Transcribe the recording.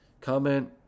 comment